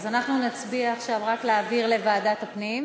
אם אנחנו מביאים בחשבון את הרשויות שמסביב ואת צפון רמת-הגולן.